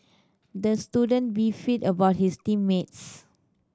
the student beefed about his team mates